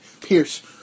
Pierce